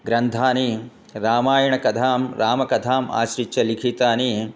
ग्रन्थाः रामायणकथां रामकथाम् आश्रित्य लिखिताः